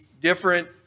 different